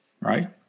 Right